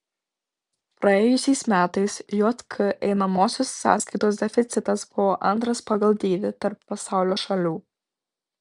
praėjusiais metais jk einamosios sąskaitos deficitas buvo antras pagal dydį tarp pasaulio šalių